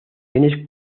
bienes